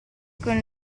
con